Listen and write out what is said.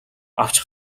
авч